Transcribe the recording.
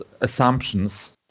assumptions